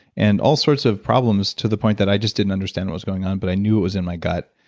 and all sorts of problems to the point that i just didn't understand what was going on, but i knew it was in my gut.